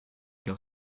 car